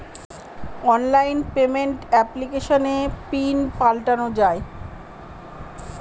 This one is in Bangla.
অনলাইন পেমেন্ট এপ্লিকেশনে পিন পাল্টানো যায়